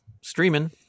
streaming